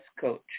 Coach